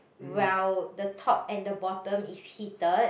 well the top and the bottom is heated